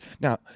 Now